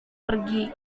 pergi